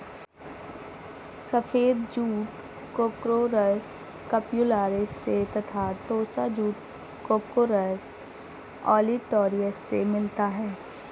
सफ़ेद jute Corchorus capsularis से तथा टोस्सा जूट कोर्कोरस ओलिटोरियस से मिलता है